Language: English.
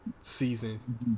season